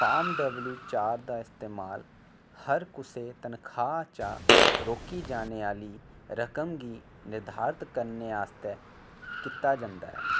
form W चार दा इस्तेमाल हर कुसै तनखाह् चा रोकी जाने आह्ली रकम गी निर्धारत करने आस्तै कीता जंदा ऐ